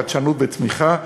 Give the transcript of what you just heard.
חדשנות וצמיחה,